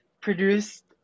produced